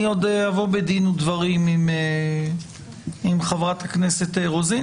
אני עוד אבוא בדין ודברים עם חברת הכנסת רוזין.